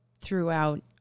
throughout